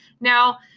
Now